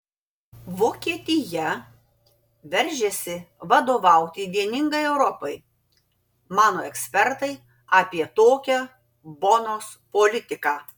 vokietija veržiasi vadovauti vieningai europai mano ekspertai apie tokią bonos politiką